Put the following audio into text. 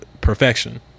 perfection